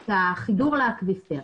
את החיבור לאקוויפר.